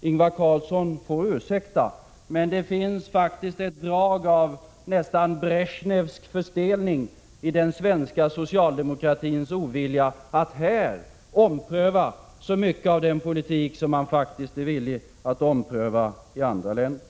Ingvar Carlsson får ursäkta, men det finns faktiskt ett drag av Bresjnevsk förstelning i den svenska socialdemokratins ovilja att ompröva mycket av den politik som man faktiskt är villig att ompröva i andra länder.